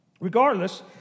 Regardless